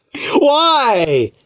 why!